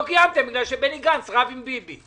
לא קיימתם כי בני גנץ רב עם ביבי.